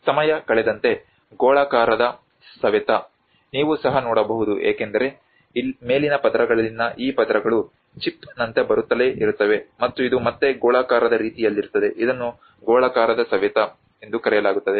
ಸಮಯ ಕಳೆದಂತೆ ಗೋಳಾಕಾರದ ಸವೆತ ನೀವು ಸಹ ನೋಡಬಹುದು ಏಕೆಂದರೆ ಮೇಲಿನ ಪದರಗಳಲ್ಲಿನ ಈ ಪದರಗಳು ಚಿಪ್ನಂತೆ ಬರುತ್ತಲೇ ಇರುತ್ತವೆ ಮತ್ತು ಇದು ಮತ್ತೆ ಗೋಳಾಕಾರದ ರೀತಿಯಲ್ಲಿರುತ್ತದೆ ಇದನ್ನು ಗೋಳಾಕಾರದ ಸವೆತ ಎಂದು ಕರೆಯಲಾಗುತ್ತದೆ